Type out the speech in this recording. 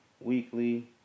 weekly